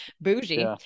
bougie